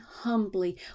humbly